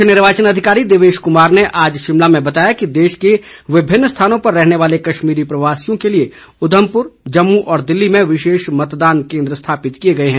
मुख्य निर्वाचन अधिकारी देवेश कुमार ने आज शिमला में बताया कि देश के विभिन्न स्थानों पर रहने वाले कश्मीरी प्रवासियों के लिए उधमपुर जम्मू और दिल्ली में विशेष मतदान केन्द्र स्थापित किए गए हैं